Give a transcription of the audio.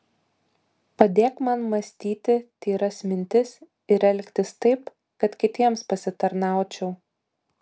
padėk man mąstyti tyras mintis ir elgtis taip kad kitiems pasitarnaučiau